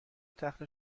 تخته